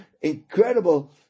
Incredible